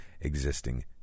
existing